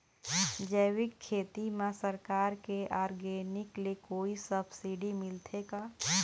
जैविक खेती म सरकार के ऑर्गेनिक ले कोई सब्सिडी मिलथे का?